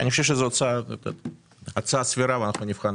אני חושב שזאת הצעה סבירה ואנחנו נבחן